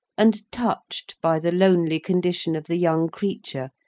and touched by the lonely condition of the young creature,